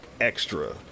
extra